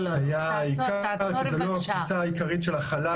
העיקר כי זה לא הקבוצה העיקרית של החל"ת,